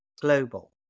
global